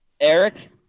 Eric